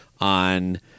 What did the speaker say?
on